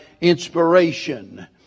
inspiration